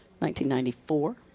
1994